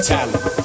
Talent